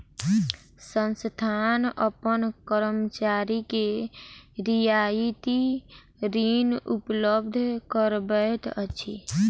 संस्थान अपन कर्मचारी के रियायती ऋण उपलब्ध करबैत अछि